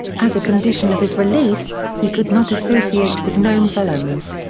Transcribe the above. as a condition of his release, he could not associate with known felons.